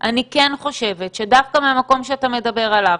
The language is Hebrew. אני כן חושבת שדווקא מהמקום שאתה מדבר עליו,